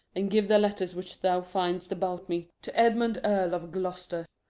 and give the letters which thou find'st about me to edmund earl of gloucester.